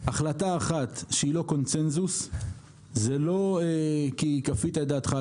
החלטה אחת שהיא לא קונצנזוס זה לא כי כפית דעתך על